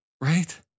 Right